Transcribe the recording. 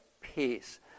peace